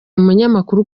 umunyamakuru